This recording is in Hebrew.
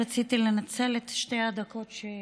רציתי לנצל את שתי הדקות,